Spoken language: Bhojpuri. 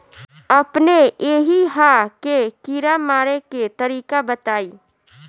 अपने एहिहा के कीड़ा मारे के तरीका बताई?